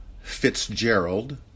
Fitzgerald